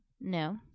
No